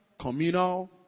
communal